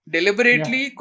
Deliberately